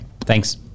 Thanks